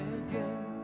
again